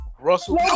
Russell